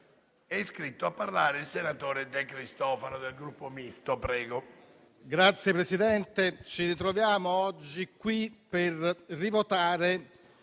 Grazie, Presidente.